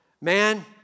man